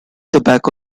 tobacco